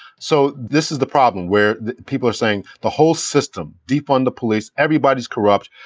so this is the problem where people are saying the whole system deep on the police, everybody's corrupt,